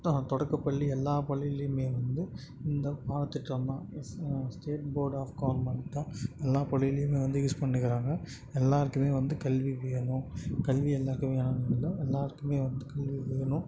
தொடக்கப் பள்ளி எல்லா பள்ளியிலும் வந்து இந்த பாடத்திட்டம் தான் எஸ் ஸ்டேட் போர்டு ஆஃப் கவர்மெண்ட் தான் எல்லா பள்ளியிலும் வந்து யூஸ் பண்ணிக்கிறாங்க எல்லோருக்குமே வந்து கல்வி வேணும் கல்வி எந்த வகையானது என்றால் எல்லோருக்குமே வந்து கல்வி வேணும்